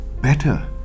Better